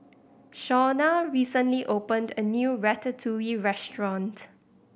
Shaunna recently opened a new Ratatouille Restaurant